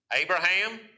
Abraham